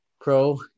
pro